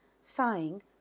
Sighing